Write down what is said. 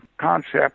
concept